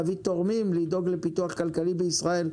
להביא תורמים לדאוג לפיתוח כלכלי בישראל?